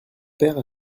père